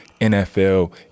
NFL